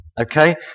okay